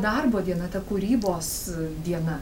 darbo diena ta kūrybos diena